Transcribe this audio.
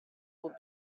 will